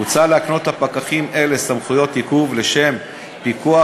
הוצע להקנות לפקחים אלה סמכויות עיכוב לשם פיקוח